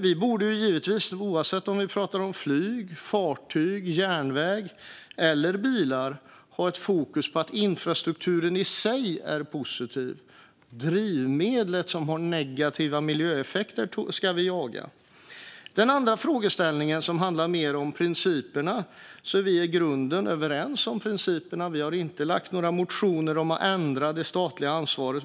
Vi borde givetvis, oavsett om vi pratar om flyg, fartyg, järnväg eller bilar, ha fokus på att infrastrukturen i sig är positiv. Drivmedel som har negativa miljöeffekter ska vi jaga. Min andra fråga handlar mer om principerna. Vi är i grunden överens om principerna. Vi har inte lagt några motioner om att ändra det statliga ansvaret.